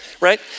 right